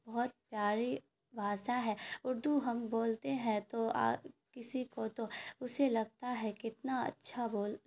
بہت پیاری بھاشا ہے اردو ہم بولتے ہیں تو کسی کو تو اسے لگتا ہے کتنا اچھا بول